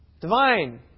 Divine